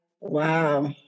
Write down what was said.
Wow